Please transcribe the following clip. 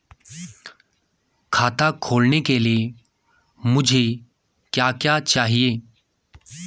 खाता खोलने के लिए मुझे क्या क्या चाहिए?